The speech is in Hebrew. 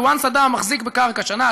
once אדם מחזיק בקרקע שנה,